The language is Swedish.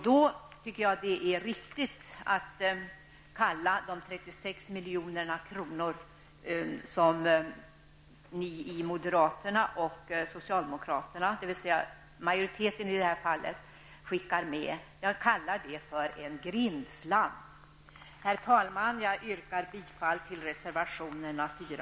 Då är det riktigt att kalla de 36 milj.kr. som moderater och socialdemokrater, dvs. majoriteten, skickar med för en grindslant. Herr talman! Jag yrkar bifall till reservationerna 4